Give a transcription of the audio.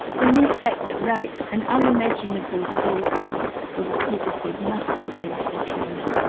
the mere fact that rape and unimaginable cruelty were repetitive must increase their trauma.